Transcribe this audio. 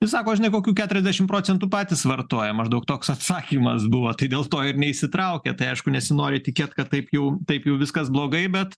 ir sako žinai kokių keturiasdešim procentų patys vartoja maždaug toks atsakymas buvo tai dėl to ir neįsitraukia tai aišku nesinori tikėt kad taip jau taip jau viskas blogai bet